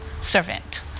servant